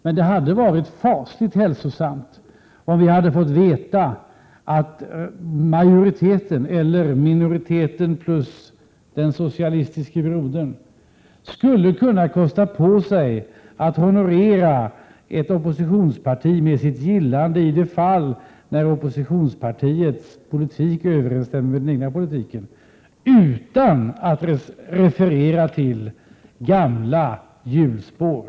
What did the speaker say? Men det hade varit fasligt hälsosamt om vi hade fått veta att majoriteten, eller minoriteten plus den socialistiske brodern, skulle kunna kosta på sig att honorera ett oppositionsparti med sitt gillande i de fall oppositionspartiets politik överensstämmer med den egna politiken, utan att referera till gamla hjulspår.